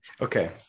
Okay